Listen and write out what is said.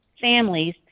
families